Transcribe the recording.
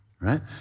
right